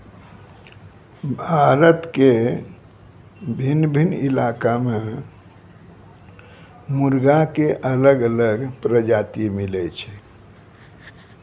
भारत के भिन्न भिन्न इलाका मॅ मुर्गा के अलग अलग प्रजाति मिलै छै